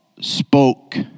spoke